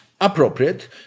appropriate